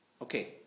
Okay